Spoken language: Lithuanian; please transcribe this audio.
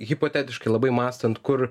hipotetiškai labai mąstant kur